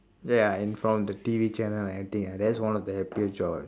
ya and from the T_V channel everything that is one of the happiest job